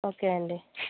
okay అండి